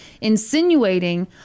Insinuating